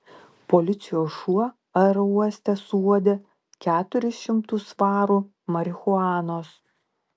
policijos šuo aerouoste suuodė keturis šimtus svarų marihuanos